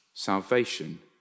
Salvation